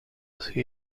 así